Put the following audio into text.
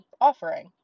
offering